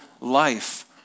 life